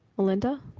melinda?